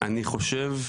אני חושב,